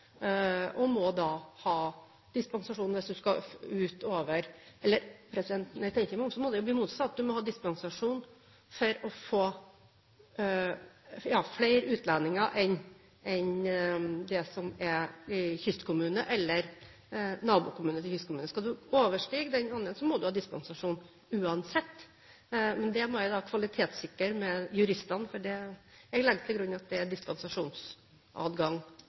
og må da ha dispensasjon hvis du skal … President, når jeg tenker meg om, må det jo bli motsatt: Du må ha dispensasjon for å få flere utlendinger enn de som kommer fra kystkommune eller nabokommune til kystkommune. Skal du overstige den andelen, må du ha dispensasjon uansett. Dette må jeg kvalitetssikre med juristene, men jeg legger til grunn at det er dispensasjonsadgang